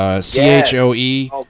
C-H-O-E